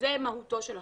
וזו מהותו של החוק.